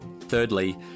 Thirdly